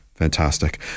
Fantastic